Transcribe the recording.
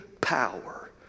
power